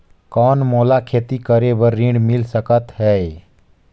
कौन मोला खेती बर ऋण मिल सकत है?